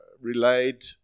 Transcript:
relayed